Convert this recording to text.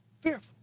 fearful